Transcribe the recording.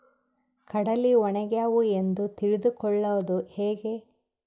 ಕಡಲಿ ಒಣಗ್ಯಾವು ಎಂದು ತಿಳಿದು ಕೊಳ್ಳೋದು ಹೇಗೆ?